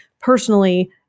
personally